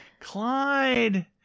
Clyde